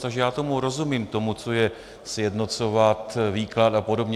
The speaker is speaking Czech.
Takže já tomu rozumím, tomu, co je sjednocovat výklad a podobně.